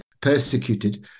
persecuted